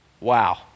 Wow